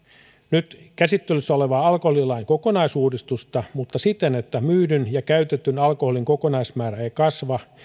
nyt käsittelyssä olevaa alkoholilain kokonaisuudistusta mutta siten että myydyn ja käytetyn alkoholin kokonaismäärä ei ei kasva